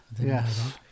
Yes